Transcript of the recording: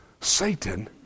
Satan